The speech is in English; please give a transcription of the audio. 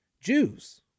Jews